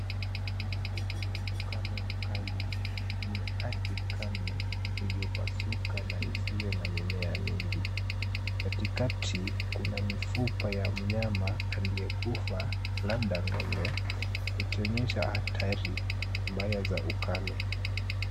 Mandhari ya ukame mkali kwenye ardhi kame iliyopasuka na isiyo na mimea mingi. Katikati kuna mifupa ya mnyama aliyekufa labda ng'ombe ikionyesha hatari mbaya za ukame.